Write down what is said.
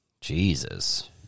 Jesus